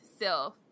self